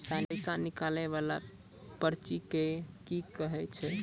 पैसा निकाले वाला पर्ची के की कहै छै?